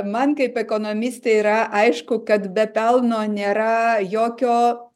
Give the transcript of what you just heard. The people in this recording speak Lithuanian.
man kaip ekonomistei yra aišku kad be pelno nėra jokio